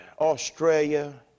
australia